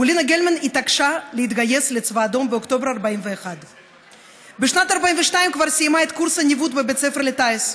פולינה גלמן התעקשה להתגייס לצבא האדום באוקטובר 1941. בשנת 1942 כבר סיימה את קורס הניווט בבית ספר לטיס.